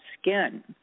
skin